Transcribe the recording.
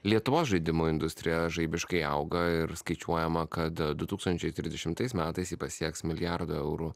lietuvos žaidimų industrija žaibiškai auga ir skaičiuojama kad du tūkstančiai trisdešimtais metais ji pasieks milijardo eurų